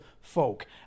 folk